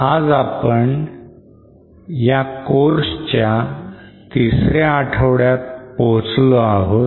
आज आपण या course च्या तिसऱ्या आठवड्यात पोहोचलो आहोत